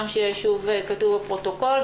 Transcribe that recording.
גם שיהיה כתוב בפרוטוקול שוב,